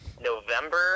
November